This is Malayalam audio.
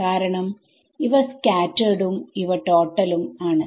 കാരണം ഇവ സ്കാറ്റെർഡ് ഉം ഇവ ടോട്ടൽ ഉം ആണ്